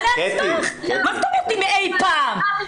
מה זה אם אי פעם?